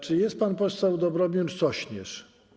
Czy jest pan poseł Dobromir Sośnierz?